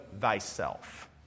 thyself